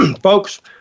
Folks